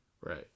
Right